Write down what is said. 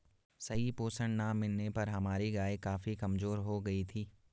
सही पोषण ना मिलने पर हमारी गाय काफी कमजोर हो गयी थी